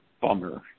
bummer